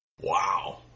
Wow